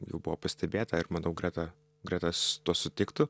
jau buvo pastebėta ir manau greta greta su tuo sutiktų